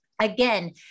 Again